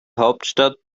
hauptstadt